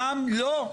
לא,